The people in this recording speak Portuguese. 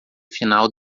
final